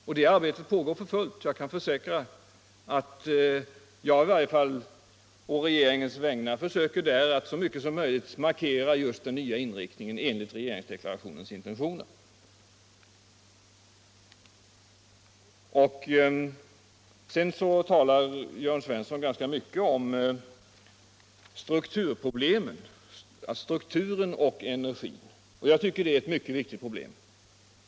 Arbetet härmed pågår för fullt, och jag kan försäkra att jag på regeringens vägnar så mycket som möjligt försöker markera den nya inriktningen enligt regeringsdeklarationens intentioner. Sedan talar Jörn Svensson ganska mycket om strukturen och energin. Det är viktiga problem.